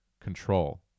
control